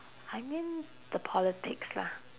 I mean the politics lah